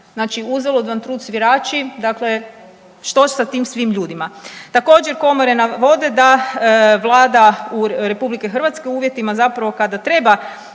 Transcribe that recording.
znači uzalud vam trud svirači, dakle što sa svim tim ljudima? Također komore navode da Vlada RH u uvjetima zapravo kada treba